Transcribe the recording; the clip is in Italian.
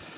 scheda